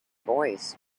voice